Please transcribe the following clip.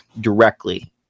directly